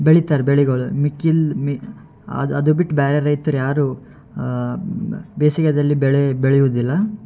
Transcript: ಬೆಳಿತಾರೆ ಬೆಳೆಗಳು ಮಿಕ್ಕಿಲ್ ಮಿ ಅದು ಅದು ಬಿಟ್ಟು ಬೇರೆ ರೈತ್ರು ಯಾರೂ ಬೇಸಿಗೆಯಲ್ಲಿ ಬೆಳೆ ಬೆಳಿಯೋದಿಲ್ಲ